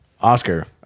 Oscar